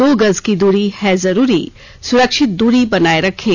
दो गज की दूरी है जरूरी सुरक्षित दूरी बनाए रखें